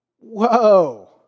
Whoa